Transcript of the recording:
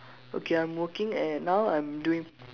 okay I'm working at now I'm doing